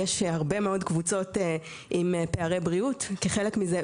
יש הרבה מאוד קבוצות עם פערי בריאות וכחלק מזה,